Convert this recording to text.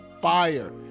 fire